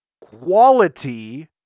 quality